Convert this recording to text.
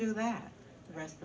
do that the rest